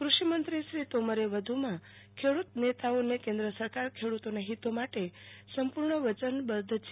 કૃષિમંત્રી તોમરે વધુ માં કહ્ય કે ખેડુત નેતાઓને કેન્દ્ર સરકાર ખેડુતોના હિતો માટે સંપુર્ણ વચનબધ્ધ છે